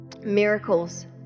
miracles